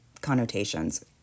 connotations